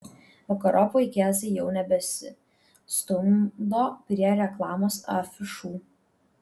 vakarop vaikėzai jau nebesistumdo prie reklamos afišų